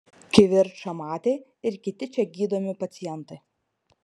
kivirčą matė ir kiti čia gydomi pacientai